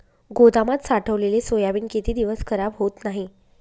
गोदामात साठवलेले सोयाबीन किती दिवस खराब होत नाही?